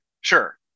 Sure